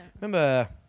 Remember